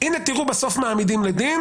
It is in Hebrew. הנה תראו, בסוף מעמידים לדין